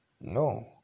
no